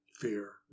fear